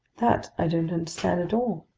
that i don't understand at all.